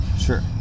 sure